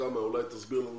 אולי תסביר לנו